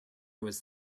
was